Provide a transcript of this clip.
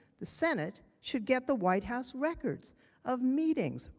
the senate should get the white house records of meetings,